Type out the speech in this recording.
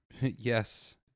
Yes